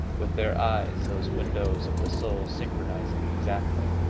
with their eyes, those windows of the soul, synchronizing exactly.